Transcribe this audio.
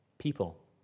people